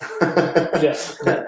Yes